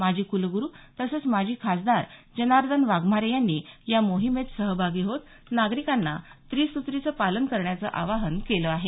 माजी कुलगुरू तसंच माजी खासदार जनार्दन वाघमारे यांनी या मोहिमेत सहभागी होत नागरिकांना त्रिसुत्रीचं पालन करण्याचं आवाहन केलं आहे